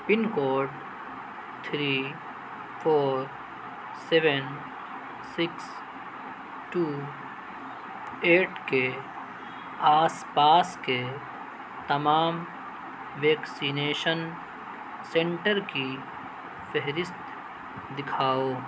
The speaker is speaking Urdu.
پن code three four seven six two eight کے آس پاس کے تمام ویکسینیشن سنٹر کی فہرست دکھاؤ